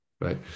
right